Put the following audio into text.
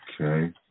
Okay